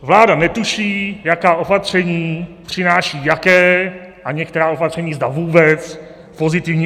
Vláda netuší, jaká opatření přináší jaké a některá opatření, zda vůbec pozitivní efekty.